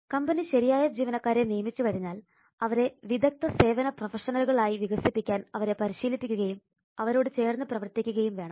company ശരിയായ ജീവനക്കാരെ നിയമിച്ച് കഴിഞ്ഞാൽ അവരെ വിദഗ്ധ സേവന പ്രൊഫഷണലുകൾ ആയി വികസിപ്പിക്കാൻ അവരെ പരിശീലിപ്പിക്കുകയും അവരോട് ചേർന്ന് പ്രവർത്തിക്കുകയും വേണം